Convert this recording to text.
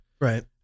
Right